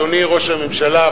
אדוני ראש הממשלה,